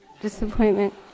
disappointment